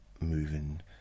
moving